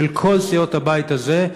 של כל סיעות הבית הזה,